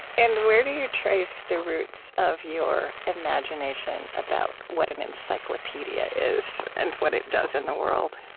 and where do you trace the roots of your imagination about what an encyclopedia is and what it does in the world?